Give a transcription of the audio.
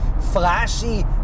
flashy